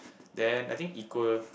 then I think equal